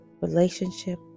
relationship